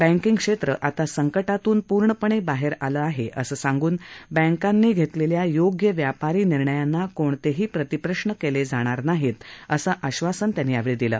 बॅर्किंगक्षेत्र आता संकटातून पूर्णपणे बाहेर आलं आहे असं सांगून बँकांनी घेतलेल्या योग्य व्यापारी निर्णयांना कोणतेही प्रतिप्रश्न केले जाणार नाहीत असं आश्वासन त्यांनी दिलं